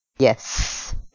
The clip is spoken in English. Yes